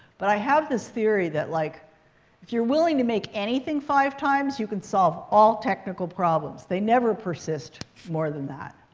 but i have this theory that, like if if you're willing to make anything five times, you can solve all technical problems. they never persist more than that.